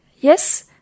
yes